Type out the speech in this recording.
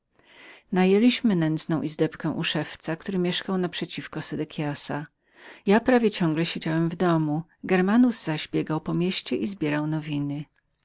małą izdebkę u szewca który mieszkał naprzeciwko sedekiasa ja prawie ciągle siedziałem w domu germanus biegał po mieście i zbierał nowiny